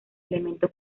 elemento